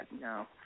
no